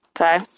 okay